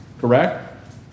correct